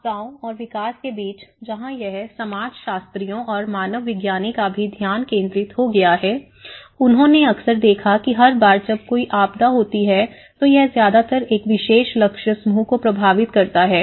आपदाओं और विकास के बीच जहां यह समाजशास्त्रियों और मानवविज्ञानी का भी ध्यान केंद्रित हो गया है उन्होंने अक्सर देखा कि हर बार जब कोई आपदा होती है तो यह ज्यादातर एक विशेष लक्ष्य समूह को प्रभावित करता है